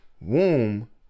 womb